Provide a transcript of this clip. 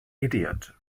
idiot